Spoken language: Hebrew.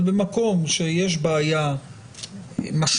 אבל במקום שיש בעיה משמעותית,